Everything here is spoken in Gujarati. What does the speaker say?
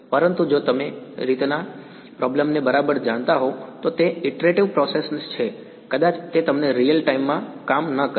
પરંતુ જો તમે રીતના પ્રોબ્લેમ ને બરાબર જાણતા હોવ તો તે ઇટરેટીવ પ્રોસેસ છે કદાચ તે તમને રીઅલ ટાઇમ માં કામ ન કરે